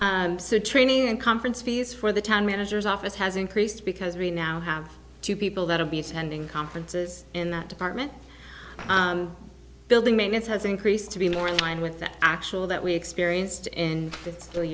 with training and conference fees for the town manager's office has increased because we now have two people that will be sending conferences in that department building maintenance has increased to be more in line with the actual that we experienced in three